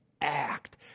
act